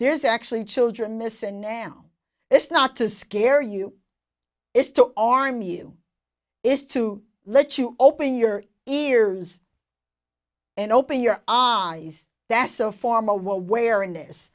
there's actually children missing now it's not to scare you it's to arm you is to let you open your ears and open your our eyes that's a form awareness